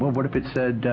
what if it said,